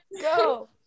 go